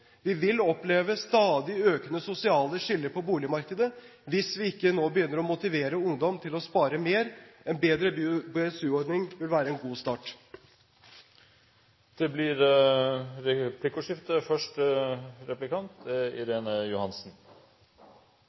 Vi vil oppleve stadig økende sosiale skiller på boligmarkedet hvis vi ikke nå begynner å motivere ungdom til å spare mer. En bedre BSU-ordning vil være en god start. Det blir replikkordskifte. Forslagsstillerne skriver i sin felles merknad at de er